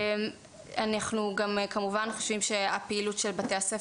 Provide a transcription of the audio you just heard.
כל התחומים משולבים אחד בתוך השני,